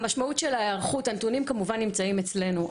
הנתונים כמובן נמצאים אצלנו,